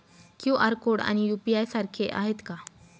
QR code आणि UPI सारखे आहेत का?